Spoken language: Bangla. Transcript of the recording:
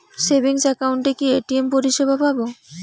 সেভিংস একাউন্টে কি এ.টি.এম পরিসেবা পাব?